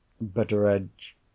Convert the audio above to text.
Betteredge